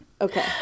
Okay